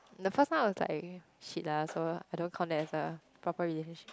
the first time was like shit lah so I don't count that as a proper relationship